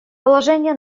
положение